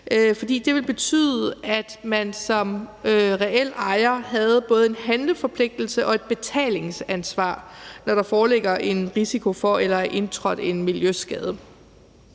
for det vil betyde, at man som reel ejer både vil have en handleforpligtelse og et betalingsansvar, når der foreligger en risiko for eller er indtrådt en miljøskade,